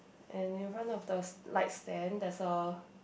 and in front of the light stand there's a